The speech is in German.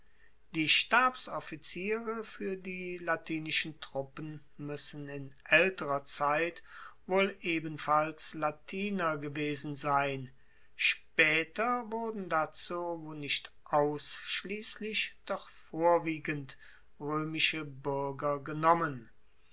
die stabsoffiziere fuer die latinischen truppen muessen in aelterer zeit wohl ebenfalls latiner gewesen sein spaeter wurden dazu wo nicht ausschliesslich doch vorwiegend roemische buerger genommen